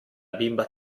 bimba